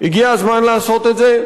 הגיע הזמן לעשות את זה,